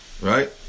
Right